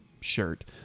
shirt